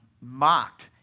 mocked